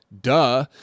duh